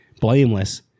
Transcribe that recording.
blameless